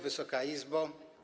Wysoka Izbo!